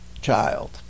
child